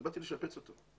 ובאתי לשפץ אותו.